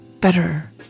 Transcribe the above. Better